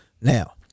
Now